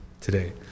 today